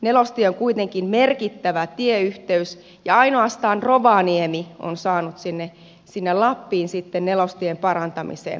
nelostie on kuitenkin merkittävä tieyhteys ja ainoastaan rovaniemi on saanut sinne lappiin nelostien parantamiseen rahoitusta